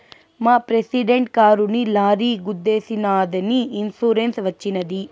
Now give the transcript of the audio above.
మా ప్రెసిడెంట్ కారుని లారీ గుద్దేశినాదని ఇన్సూరెన్స్ వచ్చినది